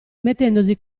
mettendosi